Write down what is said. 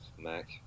Mac